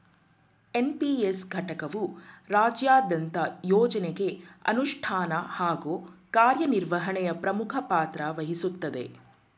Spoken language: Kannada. ಎನ್.ಪಿ.ಎಸ್ ಘಟಕವು ರಾಜ್ಯದಂತ ಯೋಜ್ನಗೆ ಅನುಷ್ಠಾನ ಹಾಗೂ ಕಾರ್ಯನಿರ್ವಹಣೆಯ ಪ್ರಮುಖ ಪಾತ್ರವಹಿಸುತ್ತದೆ